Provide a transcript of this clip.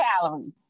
calories